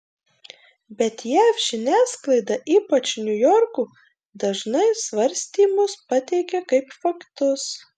bet jav žiniasklaida ypač niujorko dažnai svarstymus pateikia kaip faktus